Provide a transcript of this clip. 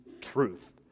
truth